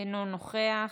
אינו נוכח,